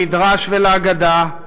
למדרש ולאגדה,